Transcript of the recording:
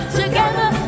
together